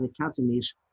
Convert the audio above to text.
academies